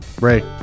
Ray